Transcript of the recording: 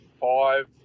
five